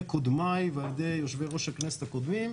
קודמיי ועל ידי יושבי-ראש הכנסת הקודמים,